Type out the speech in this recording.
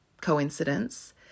Coincidence